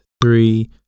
three